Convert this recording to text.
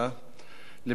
למאות משפחות,